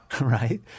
Right